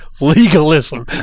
legalism